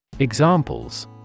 Examples